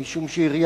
רצוני